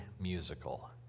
musical